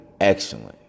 excellent